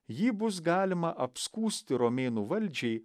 jį bus galima apskųsti romėnų valdžiai